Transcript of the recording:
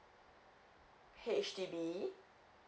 H_D_B